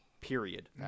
Period